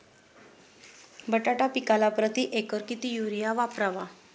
बटाटा पिकाला प्रती एकर किती युरिया वापरावा?